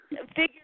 figure